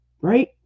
right